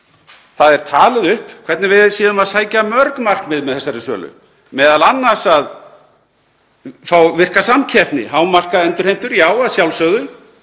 það er talið upp hvernig við séum að sækja mörg markmið með þessari sölu, m.a. að fá virka samkeppni, hámarka endurheimtur — já, að sjálfsögðu,